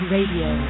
Radio